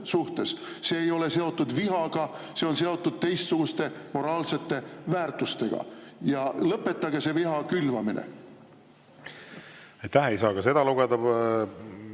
seesugusest. See ei ole seotud vihaga, see on seotud teistsuguste moraalsete väärtustega. Lõpetage see viha külvamine! Aitäh! Ei saa ka seda lugeda